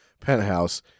Penthouse